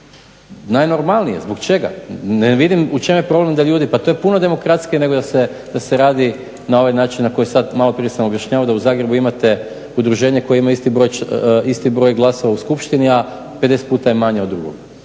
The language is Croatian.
najnormalnije, zbog čega? Ne vidim u čemu je problem da ljudi, pa to je puno demokratskije nego da se radi na ovaj način na koji sad maloprije sam objašnjavao da u Zagrebu imate udruženje koje ima isti broj glasova u skupštini, a 50 puta je manje od drugog.